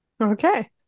Okay